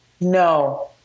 No